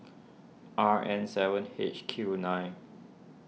R N seven H Q nine